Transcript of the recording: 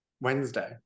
Wednesday